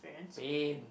pain